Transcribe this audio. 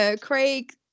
Craig